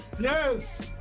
yes